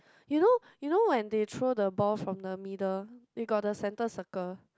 you know you know when they throw the ball from the middle they got the center circle